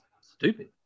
stupid